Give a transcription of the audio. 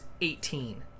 eighteen